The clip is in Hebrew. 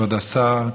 כבוד השר,